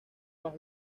más